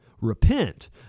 Repent